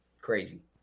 crazy